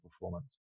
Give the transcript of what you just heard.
performance